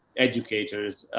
educators,